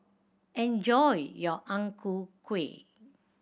enjoy your Ang Ku Kueh